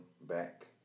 back